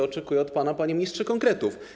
Oczekuję od pana, panie ministrze, konkretów.